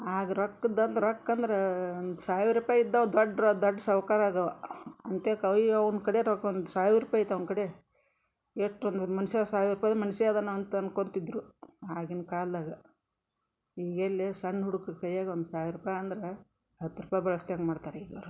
ಆಗ ರೊಕ್ಕದಂದು ರೊಕ್ಕ ಅಂದ್ರೆ ಒಂದು ಸಾವಿರ ರೂಪಾಯಿ ಇದ್ದವು ದೊಡ್ಡ ರೊ ದೊಡ್ಡ ಸೌಕಾರ ಆಗವ ಅಂತೆಕ್ ಅವೆ ಅವ್ನ ಕಡೆ ರೊಕ್ಕ ಒಂದು ಸಾವಿರ ರೂಪಾಯಿ ಐತಿ ಅವ್ನ ಕಡೆ ಎಟ್ಟು ಒಂದು ಮನ್ಷಾ ಸಾವಿರ ರೂಪಾಯ್ಯಿದ ಮನುಷ್ಯ ಅದಾನ ಅಂತ ಅನ್ಕೊಂತಿದ್ದರು ಆಗಿನ ಕಾಲ್ದಾಗ ಈಗೆಲ್ಲೆ ಸಣ್ಣ ಹುಡ್ಗುರು ಕೈಯಾಗ ಒಂದು ಸಾವಿರ ರೂಪಾಯಿ ಅಂದ್ರ ಹತ್ತು ರೂಪಾಯಿ ಬೆಳ್ಸ್ದೆಂಗ್ ಮಾಡ್ತಾರೆ ಈಗ ಅವರು